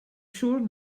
siŵr